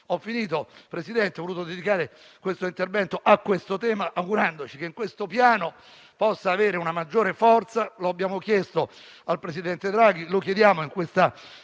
Presidente, concludendo, ho voluto dedicare il mio intervento a questo tema, augurandoci che nel Piano possa avere una maggiore forza. Lo abbiamo chiesto al presidente Draghi e lo chiediamo in questa circolazione